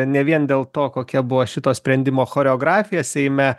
ne vien dėl to kokia buvo šito sprendimo choreografija seime